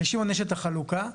לשמעון יש את החלוקה.